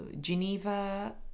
Geneva